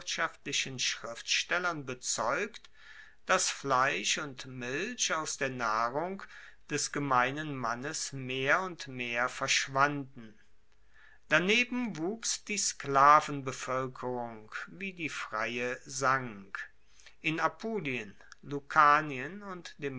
schriftstellern bezeugt dass fleisch und milch aus der nahrung des gemeinen mannes mehr und mehr verschwanden daneben wuchs die sklavenbevoelkerung wie die freie sank in apulien lucanien und